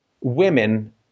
women